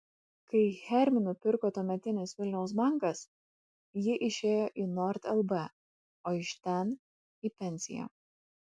kai hermį nupirko tuometis vilniaus bankas ji išėjo į nord lb o iš ten į pensiją